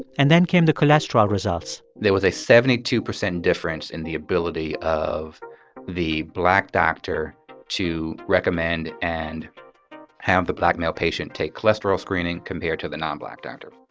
and then came the cholesterol results there was a seventy two percent difference in the ability of the black doctor to recommend and have the black male patient take cholesterol screening compared to the nonblack doctor